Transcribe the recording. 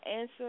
answer